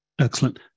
Excellent